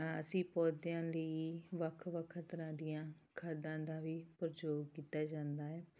ਅਸੀਂ ਪੌਦਿਆਂ ਲਈ ਵੱਖ ਵੱਖ ਤਰ੍ਹਾਂ ਦੀਆਂ ਖਾਦਾਂ ਦਾ ਵੀ ਉਪਯੋਗ ਕੀਤਾ ਜਾਂਦਾ ਹੈ